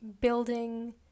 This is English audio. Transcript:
building